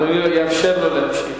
אדוני יאפשר לו להמשיך.